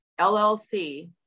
LLC